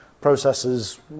processes